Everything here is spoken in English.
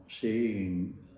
seeing